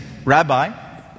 Rabbi